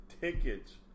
tickets